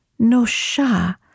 nosha